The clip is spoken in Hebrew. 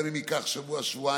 גם אם ייקח שבוע-שבועיים.